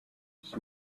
she